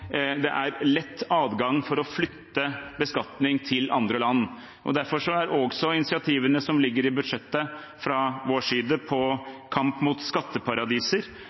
det er lett adgang til å flytte beskatning til andre land. Derfor er også initiativene som ligger i budsjettet fra vår side til kamp mot skatteparadiser